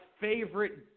favorite